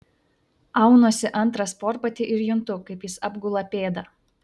aunuosi antrą sportbatį ir juntu kaip jis apgula pėdą